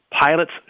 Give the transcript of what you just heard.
Pilots